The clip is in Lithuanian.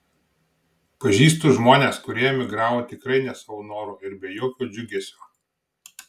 pažįstu žmones kurie emigravo tikrai ne savo noru ir be jokio džiugesio